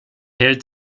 hält